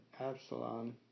Absalom